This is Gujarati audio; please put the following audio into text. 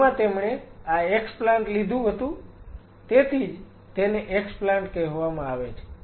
જેમાં તેમણે આ એક્સપ્લાન્ટ લીધું હતું તેથી જ તેને એક્સપ્લાન્ટ કહેવામાં આવે છે